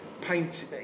paint